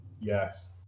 Yes